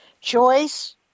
Choice